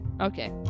Okay